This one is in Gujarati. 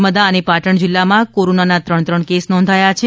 નર્મદા અને પાટણ જીલ્લામાં કોરોનાના ત્રણ ત્રણ કેસ નોંધાયા છે